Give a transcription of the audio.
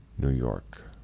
new york,